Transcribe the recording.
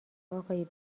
آقای